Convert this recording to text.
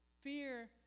Fear